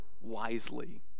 wisely